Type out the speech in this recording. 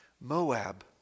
Moab